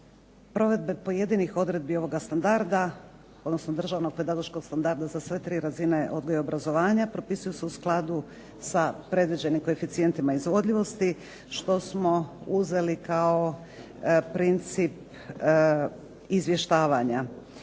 Provedbe pojedinih odredbi Državnog pedagoškog standarda za sve tri razine odgoja i obrazovanja propisuju se u skladu sa predviđenim koeficijentima izvodljivosti što smo uzeli kao princip izvještavanja.